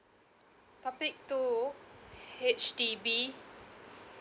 topic two H_D_B